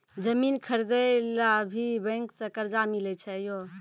जमीन खरीदे ला भी बैंक से कर्जा मिले छै यो?